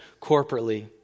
corporately